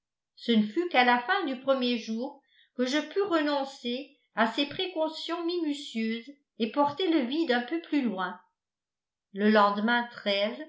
ce ne fut qu'à la fin du premier jour que je pus renoncer à ces précautions minutieuses et porter le vide un peu plus loin le lendemain